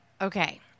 Okay